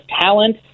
talent